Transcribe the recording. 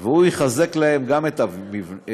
והוא יחזק להם את הבניין,